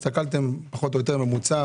הסתכלתם פחות או יותר על הממוצע,